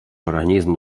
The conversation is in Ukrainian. організм